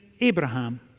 Abraham